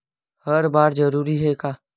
हर बार जरूरी हे का?